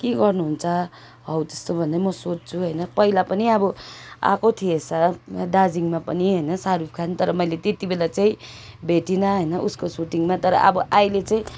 के गर्नु हुन्छ हौ त्यस्तो भन्दै म सोध्छु होइन पहिला पनि अब आएको थिएछ दार्जिलिङमा पनि होइन साहरुख खान तर मैले त्यति बेला चाहिँ भेटिनँ होइन उस्को सुटिङमा तर अब अहिले चाहिँ